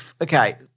Okay